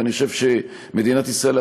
ואני חושב שמדינת ישראל,